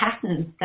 patterns